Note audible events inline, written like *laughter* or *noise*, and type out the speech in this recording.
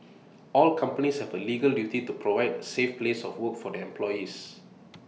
*noise* all companies have A legal duty to provide A safe place of work for their employees *noise*